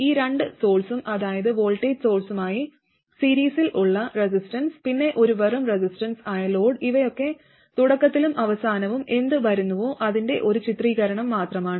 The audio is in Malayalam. ഈ രണ്ടു സോഴ്സും അതായതു വോൾടേജ് സോഴ്സുമായി സീരീസിൽ ഉള്ള റെസിസ്റ്റൻസ് പിന്നെ ഒരു വെറും റെസിസ്റ്റൻസ് ആയ ലോഡ് ഇവയൊക്കെ തുടക്കത്തിലും അവസാനവും എന്ത് വരുന്നുവോ അതിന്റെ ഒരു ചിത്രീകരണം മാത്രമാണ്